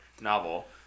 novel